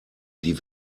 die